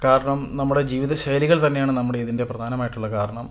കാരണം നമ്മുടെ ജീവിത ശൈലികൾ തന്നെയാണ് നമ്മുടെ ഇതിൻ്റെ പ്രധാനമായിട്ടുള്ള കാരണം